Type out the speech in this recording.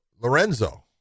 Lorenzo